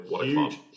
Huge